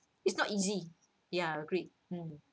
it's not easy ya I agree mm